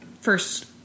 First